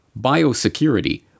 biosecurity—